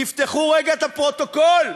תפתחו רגע את הפרוטוקול,